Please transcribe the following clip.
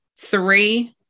three